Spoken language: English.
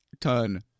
ton